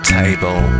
table